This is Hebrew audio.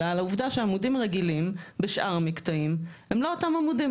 אלא על העובדה שעמודים רגילים בשאר המקטעים הם לא אותם עמודים.